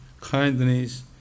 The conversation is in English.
kindness